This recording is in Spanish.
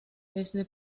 desde